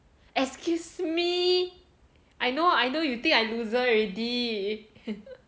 excuse me I know I know you think I loser already